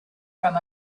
from